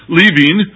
leaving